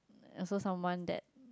also someone that